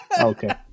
Okay